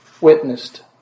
witnessed